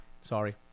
Sorry